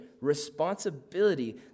responsibility